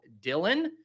Dylan